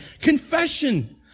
Confession